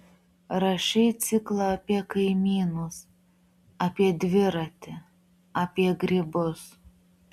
rašei ciklą apie kaimynus apie dviratį apie grybus